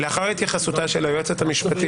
לאחר התייחסותה של היועצת המשפטית,